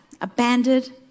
abandoned